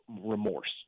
remorse